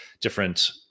different